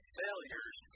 failures